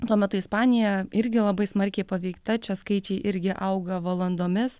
tuo metu ispanija irgi labai smarkiai paveikta čia skaičiai irgi auga valandomis